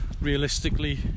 realistically